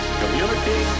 community